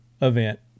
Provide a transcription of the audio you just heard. event